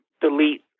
delete